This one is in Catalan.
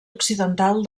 occidental